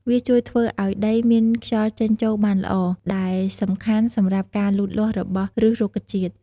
វាជួយធ្វើឲ្យដីមានខ្យល់ចេញចូលបានល្អ ដែលសំខាន់សម្រាប់ការលូតលាស់របស់ឫសរុក្ខជាតិ។